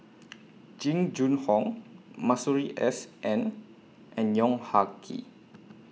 Jing Jun Hong Masuri S N and Yong Ah Kee